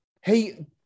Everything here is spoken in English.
Hey